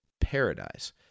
paradise